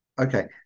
Okay